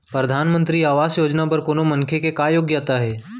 परधानमंतरी आवास योजना बर कोनो मनखे के का योग्यता हे?